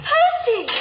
Percy